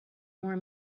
more